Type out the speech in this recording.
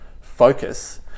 focus